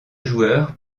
joueurs